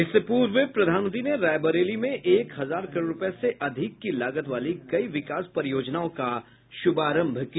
इससे पूर्व प्रधानमंत्री ने रायबरेली में एक हजार करोड़ रुपये से अधिक की लागत वाली कई विकास परियोजनाओं का शुभारंभ किया